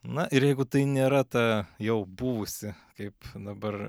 na ir jeigu tai nėra ta jau buvusi kaip dabar